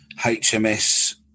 HMS